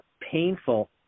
Painful